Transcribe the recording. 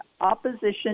opposition